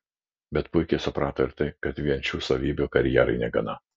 bet puikiai suprato ir tai kad vien šių savybių karjerai negana